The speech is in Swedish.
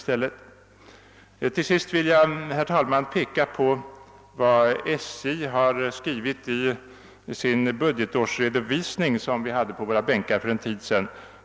Till sist vill jag, herr talman, peka på vad SJ har skrivit i sin redovisning för budgetåret 1969/70, som vi hade på våra bänkar för en tid sedan.